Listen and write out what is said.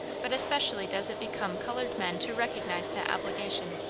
but especially does it become colored men to recognize that obligation.